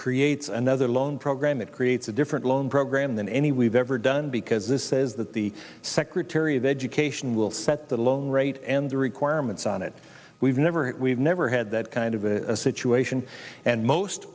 creates another loan program that creates a different loan program than any we've ever done because this says that the secretary of education will set the loan rate and the requirements on it we've never we've never had that kind of a situation and most